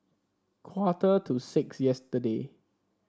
quarter to six yesterday